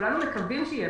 וכולנו מקווים שיהיה